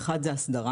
האחד זה הסדרה,